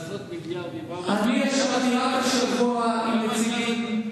בעשרות מיליארדים אני ישבתי רק השבוע עם נציגים,